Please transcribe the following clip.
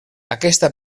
aquesta